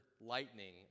lightning